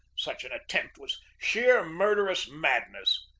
such an attempt was sheer, murderous madness.